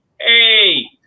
Hey